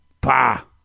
Pa